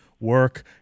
work